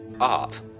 art